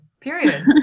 Period